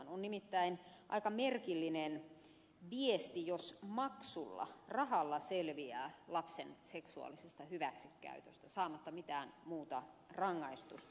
on nimittäin aika merkillinen viesti jos maksulla rahalla selviää lapsen seksuaalisesta hyväksikäytöstä saamatta mitään muuta rangaistusta